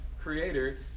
creator